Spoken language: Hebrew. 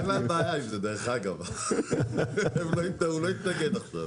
אין להם בעיה עם זה, דרך אגב הוא לא יתנגד עכשיו.